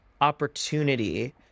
opportunity